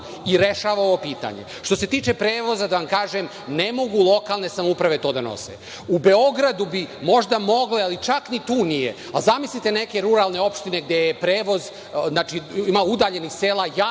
i rešava ovo pitanje. Što se tiče prevoza, da vam kažem, ne mogu lokalne samouprave to da nose. U Beogradu bi možda mogle, ali čak ni tu nije. Zamislite neke ruralne opštine gde ima udaljenih sela, jako